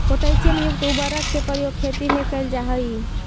potassium युक्त उर्वरक के प्रयोग खेती में कैल जा हइ